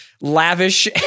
lavish